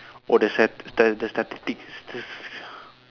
oh the stat~ stat~ the